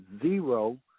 zero